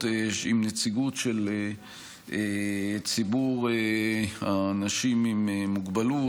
עם נציגות של ציבור האנשים עם מוגבלות,